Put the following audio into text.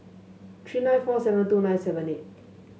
three nine four seven two nine seven eight